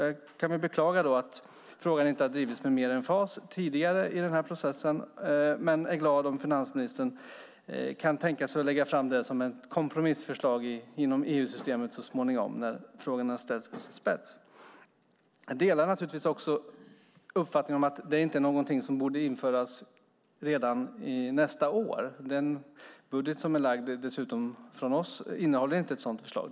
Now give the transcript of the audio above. Jag kan beklaga att frågan inte har drivits med större emfas tidigare i denna process, men jag är glad om finansministern kan tänka sig att lägga fram det som ett kompromissförslag inom EU-systemet så småningom när frågorna ställs på sin spets. Jag delar naturligtvis också uppfattningen att det inte är någonting som borde införas redan nästa år. Den budget som är framlagd av oss innehåller inte ett sådant förslag.